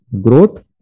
growth